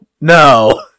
No